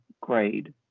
grade